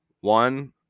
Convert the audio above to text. One